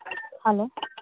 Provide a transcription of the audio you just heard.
hello